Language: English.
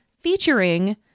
featuring